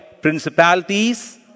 principalities